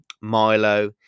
Milo